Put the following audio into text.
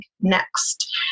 next